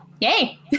Yay